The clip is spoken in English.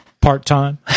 part-time